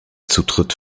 zutritt